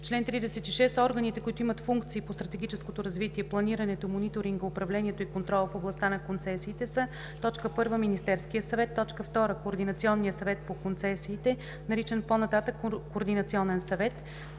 „Чл. 36. Органите, които имат функции по стратегическото развитие, планирането, мониторинга, управлението и контрола в областта на концесиите, са: 1. Министерският съвет; 2. Координационният съвет по концесиите, наричан по-нататък „Координационен съвет“;